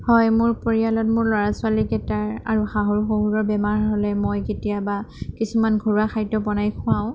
হয় মোৰ পৰিয়ালত মোৰ ল'ৰা ছোৱালীকেইটাৰ আৰু শাহু শহুৰৰ বেমাৰ হ'লে মই কেতিয়াবা কিছুমান ঘৰুৱা খাদ্য বনাই খুৱাওঁ